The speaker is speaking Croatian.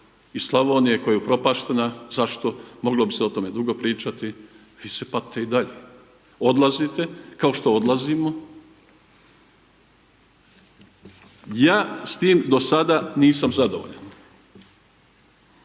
iz Slavonije koja je upropaštena, zašto, moglo bi se o tome dugo pričati, vi se patite i dalje. Odlazite, kao što odlazimo. Ja s tim do sada nisam zadovoljan.